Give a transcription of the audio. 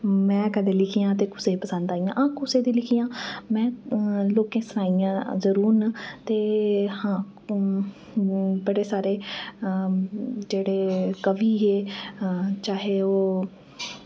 में कदे लिखियां ते कुसे गी पसंद आइयां हां कुसे दी लिखियां में लोकें सनाइयां जरूर न ते हां बड़े सारे जेह्ड़े कवि हे चाहे ओह्